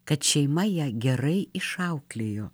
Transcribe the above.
kad šeima ją gerai išauklėjo